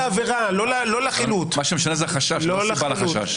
אם זה בהליך אזרחי אי אפשר להציג ראיה בחיסיון.